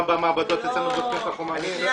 גם במעבדות אצלנו ב- -- עודד,